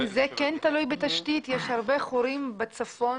אם זה כן תלוי בתשתית יש הרבה חורים בצפון